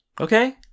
Okay